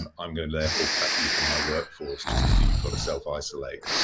and i'm gonna, therefore, cut you from my workforce just because you've got to self-isolate.